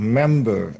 member